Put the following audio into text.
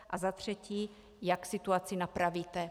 A za třetí: Jak situaci napravíte?